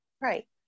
Right